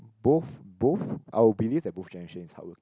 both both I will believe that both generation is